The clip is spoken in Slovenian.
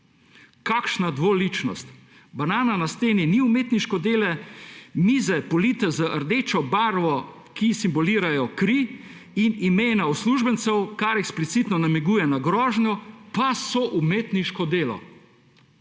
Kakšna dvoličnost! Banana na steni ni umetniško delo, mize, polite z rdečo barvo, ki simbolizira kri, in imena uslužbencev, kar eksplicitno namiguje na grožnjo, pa so umetniško delo.